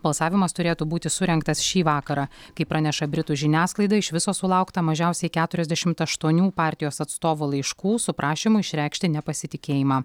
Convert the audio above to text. balsavimas turėtų būti surengtas šį vakarą kaip praneša britų žiniasklaida iš viso sulaukta mažiausiai keturiasdešimt aštuonių partijos atstovų laiškų su prašymu išreikšti nepasitikėjimą